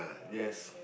yes